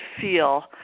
feel